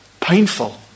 painful